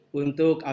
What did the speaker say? untuk